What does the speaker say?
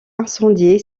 incendiée